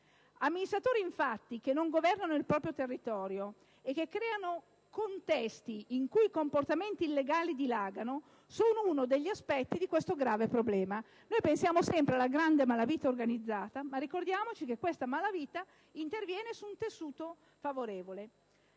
Amministratori, infatti, che non governano il proprio territorio e che creano contesti in cui i comportamenti illegali dilagano sono uno degli aspetti di questo grave problema. Noi pensiamo sempre alla grande malavita organizzata, ma dobbiamo ricordare che questa malavita interviene su un tessuto favorevole.